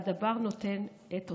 והדבר נותן את אותותיו.